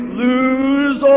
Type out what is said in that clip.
lose